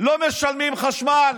לא משלמים חשמל,